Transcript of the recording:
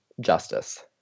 justice